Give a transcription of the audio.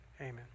Amen